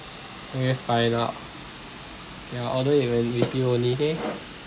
you will find out ya I order it when we only okay